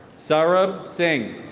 saurabh singh